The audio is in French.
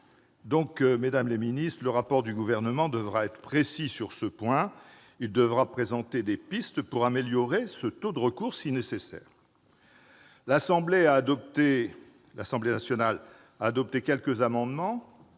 droit. Mesdames les ministres, le rapport du Gouvernement devra être précis sur ce point ; il devra présenter des pistes pour améliorer, si nécessaire, ce taux de recours. L'Assemblée nationale a adopté quelques amendements